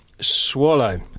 swallow